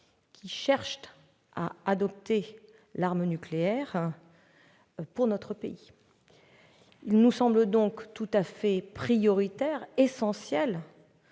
qui cherchent à adopter l'arme nucléaire. Il nous semble donc tout à fait prioritaire, essentiel